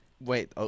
Wait